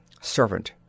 Servant